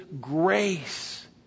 grace